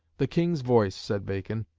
the king's voice, said bacon,